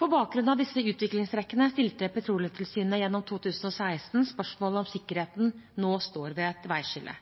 På bakgrunn av disse utviklingstrekkene stilte Petroleumstilsynet gjennom 2016 spørsmålet om sikkerheten nå står ved et veiskille.